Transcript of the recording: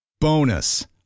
Bonus